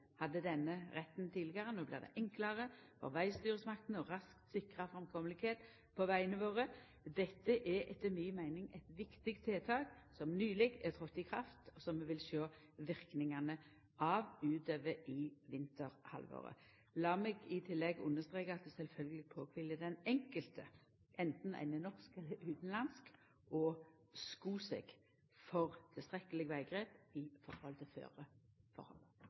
hadde denne retten tidlegare. No blir det enklare for vegstyresmaktene raskt å sikra framkome på vegane våre. Dette er etter mi meining eit viktig tiltak som nyleg er tredd i kraft, som vi vil sjå verknadene av utover i vinterhalvåret. Lat meg i tillegg understreka at det sjølvsagt fell på den enkelte, anten ein er norsk eller utanlandsk, å sko seg for tilstrekkeleg veggrep i